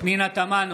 פנינה תמנו,